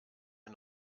wir